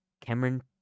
cameron